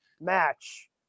match